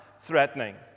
threatening